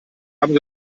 haben